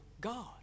God